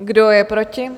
Kdo je proti?